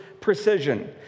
precision